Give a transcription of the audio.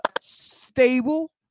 stable